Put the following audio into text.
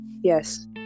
yes